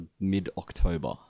mid-October